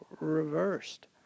reversed